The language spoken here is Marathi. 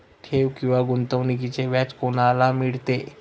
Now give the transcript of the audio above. ठेव किंवा गुंतवणूकीचे व्याज कोणाला मिळते?